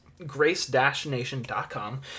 grace-nation.com